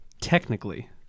technically